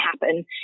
happen